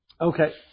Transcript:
Okay